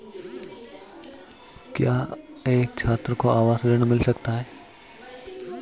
क्या एक छात्र को आवास ऋण मिल सकता है?